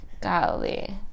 golly